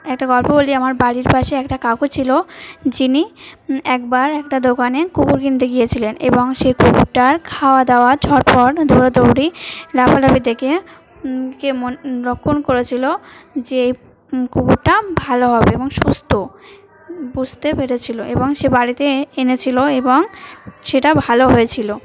একটা গল্প বলি আমার বাড়ির পাশে একটা কাকু ছিল যিনি একবার একটা দোকানে কুকুর কিনতে গিয়েছিলেন এবং সেই কুকুরটার খাওয়া দাওয়া ঝটফট ধৌরাাদৌড়ি লাফালাফি দেখে মন রক্ষণ করেছিলো যে কুকুরটা ভালো হবে এবং সুস্থ বুঝতে পেরেছিলো এবং সে বাড়িতে এনেছিলো এবং সেটা ভালো হয়েছিলো